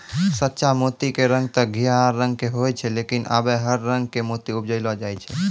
सच्चा मोती के रंग तॅ घीयाहा रंग के होय छै लेकिन आबॅ हर रंग के मोती उपजैलो जाय छै